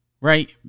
Right